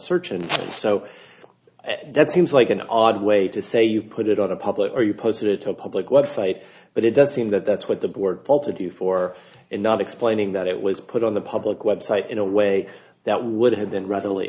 search and so that seems like an odd way to say you put it on a public or you posted it to a public website but it does seem that that's what the board bolted you for not explaining that it was put on the public website in a way that would have been readily